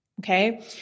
Okay